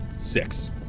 six